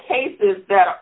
taste is that